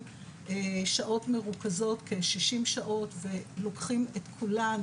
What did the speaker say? שעות מרוכזות כ-60 שעות ולוקחים את כולן.